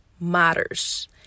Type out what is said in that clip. matters